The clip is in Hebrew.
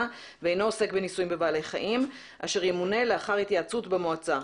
ואינו עוסק בניסויים בבעלי חיים אשר ימונה לאחר התייעצות במועצה.